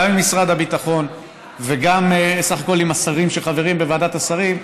גם עם משרד הביטחון וגם בסך הכול עם השרים שחברים בוועדת השרים,